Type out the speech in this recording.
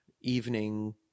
evening